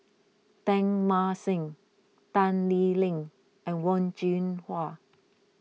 Teng Mah Seng Tan Lee Leng and Wen Jinhua